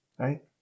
right